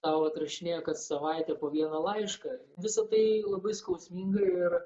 tau atrišinėja kas savaitę po vieną laišką visa tai labai skausminga ir